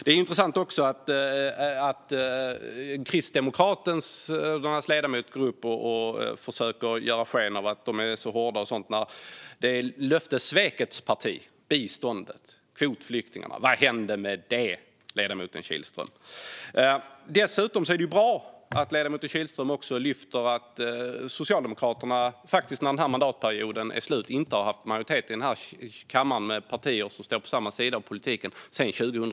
Det är också intressant att just Kristdemokraternas ledamot försöker ge sken av att de är så hårda, de som är löftessvekets parti: Vad hände med biståndet och kvotflyktingarna, ledamoten Kihlström? Dessutom är det bra att ledamoten Kihlström också lyfter fram att Socialdemokraterna när den här mandatperioden är slut inte sedan 2006 har haft majoritet i kammaren med partier som står på samma sida i politiken.